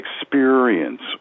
experience